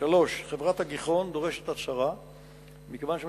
אף שהחברה מעודכנת במספר הנפשות.